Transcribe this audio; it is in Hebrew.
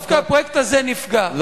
דווקא הפרויקט הזה נפגע.